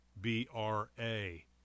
B-R-A